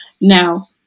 Now